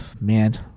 man